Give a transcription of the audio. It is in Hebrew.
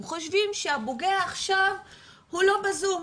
הם חושבים שהפוגע עכשיו הוא לא בזום.